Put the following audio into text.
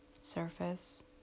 surface